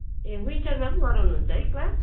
ए विन्टरमा पनि गराउनुहुन्छ है क्लास